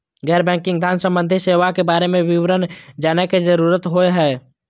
गैर बैंकिंग धान सम्बन्धी सेवा के बारे में विवरण जानय के जरुरत होय हय?